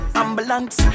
ambulance